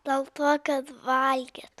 dėl to kad valgyt